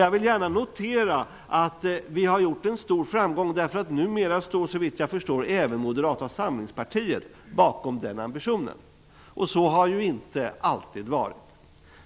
Jag vill gärna notera att vi nått en stor framgång i och med att även Moderata samlingspartiet numera står bakom den ambitionen. Så har det ju inte alltid varit.